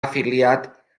afiliat